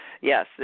yes